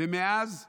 ומאז פקידים,